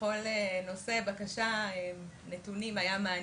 שבכל נושא/בקשה/נתונים היה מענה.